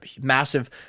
massive